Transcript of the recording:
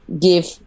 give